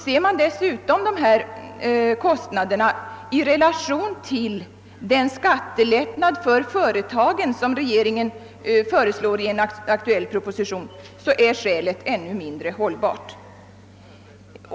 Ser man dessutom kostnaderna i relation till den skatte lättnad för företagen som regeringen föreslår i en aktuell proposition framstår kostnadsskälet som ännu mindre hållbart.